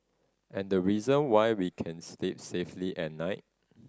and the reason why we can sleep safely at night